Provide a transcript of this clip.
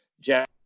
Jack